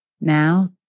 now